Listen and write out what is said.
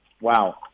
Wow